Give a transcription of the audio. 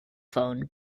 phone